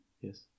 Yes